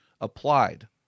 applied